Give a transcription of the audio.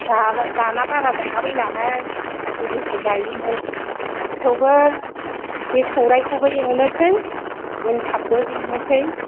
दाला दाना बारा जाला बायलाहाय गोदोसो जायोमोन थेवबो बे सौरायखौबो एवनोसै एनथाबबो देनोसै